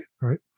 right